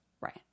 Right